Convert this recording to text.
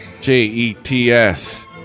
J-E-T-S